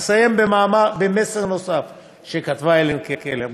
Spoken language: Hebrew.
אסיים במסר נוסף שכתבה הלן קלר.